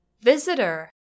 Visitor